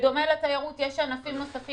בדומה לתיירות יש ענפים נוספים